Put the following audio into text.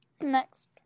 Next